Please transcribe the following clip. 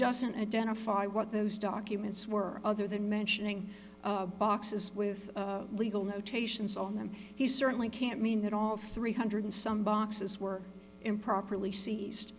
doesn't identify what those documents were other than mentioning boxes with legal notations on them he certainly can't mean that all three hundred some boxes were improperly seized